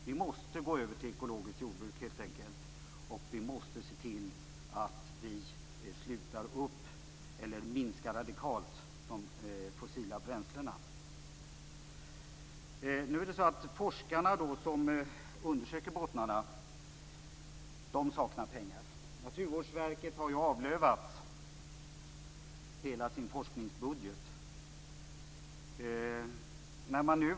Vi måste helt enkelt gå över till ekologiskt jordbruk, och vi måste se till att användningen av de fossila bränslena minskar radikalt. Forskarna som undersöker bottnarna saknar pengar. Naturvårdsverket har avlövats och gått miste om hela sin forskningsbudget.